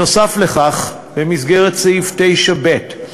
נוסף על כך, במסגרת סעיף 9(ב)